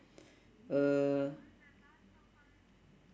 uh